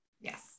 Yes